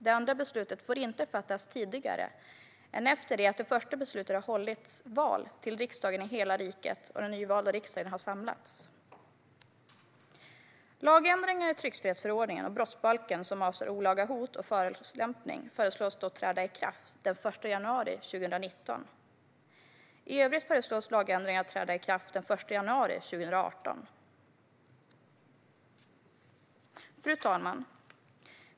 Det andra beslutet får inte fattas tidigare än att det efter det första beslutet har hållits val till riksdagen i hela riket och den nyvalda riksdagen har samlats. De lagändringar i tryckfrihetsförordningen och brottsbalken som avser olaga hot och förolämpning föreslås därför träda i kraft den 1 januari 2019. I övrigt föreslås lagändringarna träda i kraft den 1 januari 2018. Fru talman!